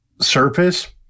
Surface